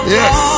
yes